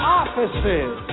offices